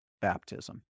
Baptism